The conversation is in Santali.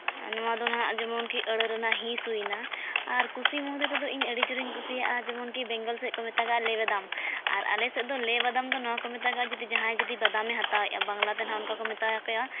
ᱱᱚᱣᱟ ᱫᱚ ᱱᱟᱜ ᱡᱮᱢᱚᱱ ᱠᱤ ᱟᱹᱲᱟᱹ ᱨᱮᱱᱟᱜ ᱦᱤᱸᱥ ᱦᱩᱭᱱᱟ ᱟᱨ ᱠᱩᱥᱤ ᱢᱩᱫ ᱨᱮᱫᱚ ᱤᱧ ᱟᱹᱰᱤ ᱡᱳᱨᱤᱧ ᱠᱩᱥᱤᱭᱟᱜᱼᱟ ᱡᱮᱢᱚᱱ ᱠᱤ ᱵᱮᱝᱜᱚᱞ ᱥᱮᱫ ᱠᱚ ᱢᱮᱛᱟᱜᱼᱟ ᱞᱮᱵᱮᱫᱟᱢ ᱟᱨ ᱟᱞᱮ ᱥᱮᱫ ᱫᱚ ᱞᱮᱵᱮᱫᱟᱢ ᱫᱚ ᱱᱚᱣᱟ ᱠᱚ ᱢᱮᱛᱟᱜᱼᱟ ᱡᱟᱦᱟᱸᱭ ᱡᱩᱫᱤ ᱵᱟᱫᱟᱢᱮ ᱦᱟᱛᱟᱣᱮᱜᱼᱟ ᱵᱟᱝᱞᱟᱛᱮ ᱱᱟᱦᱟᱜ ᱚᱱᱠᱟ ᱠᱚ ᱢᱮᱛᱟ ᱠᱚᱣᱟ